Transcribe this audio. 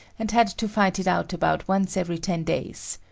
and had to fight it out about once every ten days.